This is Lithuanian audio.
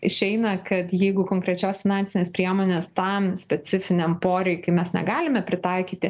išeina kad jeigu konkrečios finansinės priemonės tam specifiniam poreikiui mes negalime pritaikyti